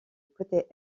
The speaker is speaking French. côté